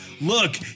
Look